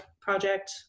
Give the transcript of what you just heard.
project